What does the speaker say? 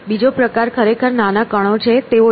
બીજો પ્રકાર ખરેખર નાના કણો છે તેવો છે